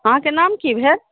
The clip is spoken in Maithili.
अहाँके नाम की भेल